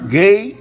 gay